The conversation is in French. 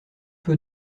peu